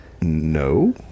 No